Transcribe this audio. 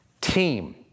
Team